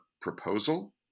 proposal